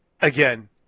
Again